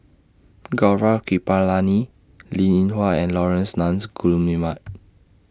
Gaurav Kripalani Linn in Hua and Laurence Nunns Guillemard